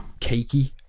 cakey